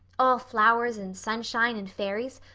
all flowers and sunshine and fairies,